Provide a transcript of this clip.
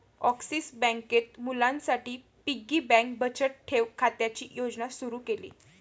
axis बँकेत मुलांसाठी piggy bank बचत ठेव खात्याची योजना सुरू केली